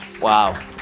wow